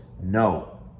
No